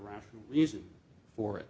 rational reason for it